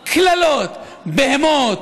קללות: בהמות,